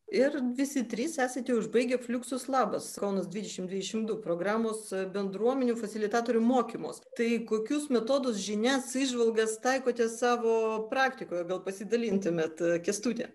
ir visi trys esate užbaigę fluksus labas kaunas dvidešimt dvidešimt du programos bendruomenių fasilitatorių mokymus tai kokius metodus žinias įžvalgas taikote savo praktikoje gal pasidalintumėt kęstuti